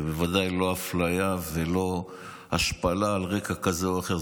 ובוודאי בלי אפליה ובלי השפלה על רקע כזה או אחר,